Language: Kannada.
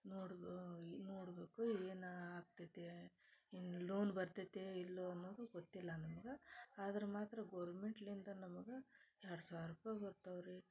ನೋಡ್ಬೋ ಈ ನೋಡಬೇಕು ಏನಾ ಆಗ್ತೈತೆ ಇನ್ನ ಲೋನ್ ಬರ್ತೈತೆ ಇಲ್ವೋ ಅನ್ನೋದು ಗೊತ್ತಿಲ್ಲ ನಮ್ಗೆ ಆದ್ರೆ ಮಾತ್ರ ಗೌರ್ಮೆಂಟ್ಲಿಂದ ನಮಗೆ ಎರಡು ಸಾವಿರರೂಪಾಯಿ ಬರ್ತಾವ್ರಿ